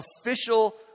official